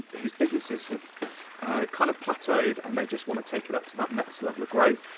whose businesses have kind of plateaued, and they just wanna take it up to that next level of growth.